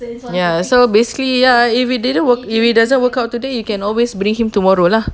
ya so basically ya if it didn't work if it doesn't work out today you can always bring him tomorrow lah